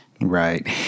Right